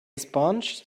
sponge